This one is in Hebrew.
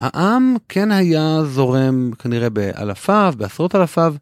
העם כן היה זורם כנראה באלפיו, בעשרות אלפיו.